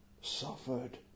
suffered